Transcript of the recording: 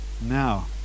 Now